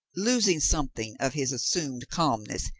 losing something of his assumed calmness,